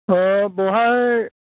अह बहाय